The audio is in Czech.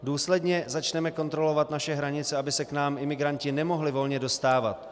Důsledně začneme kontrolovat naše hranice, aby se k nám imigranti nemohli volně dostávat.